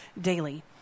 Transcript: daily